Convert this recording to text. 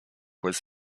was